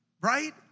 right